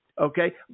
okay